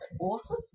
awesome